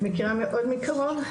מכירה מאוד מקרוב,